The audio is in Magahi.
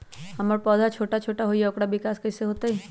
हमर पौधा छोटा छोटा होईया ओकर विकास कईसे होतई?